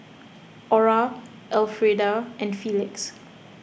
Orah Elfrieda and Felix